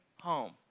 home